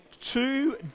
two